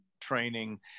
training